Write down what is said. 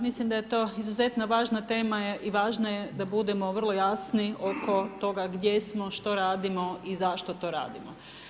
mislim da je to izuzetno važna tema i važna je da budemo vrlo jasni oko toga gdje smo, što radimo i zašto to radimo.